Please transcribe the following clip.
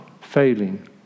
failing